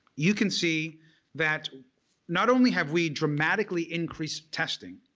you can see that not only have we dramatically increased testing,